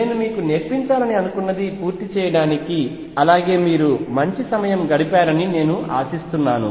నేను మీకు నేర్పించాలని అనుకున్నది పూర్తి చేయడానికి అలాగే మీరు మంచి సమయం గడిపారని నేను ఆశిస్తున్నాను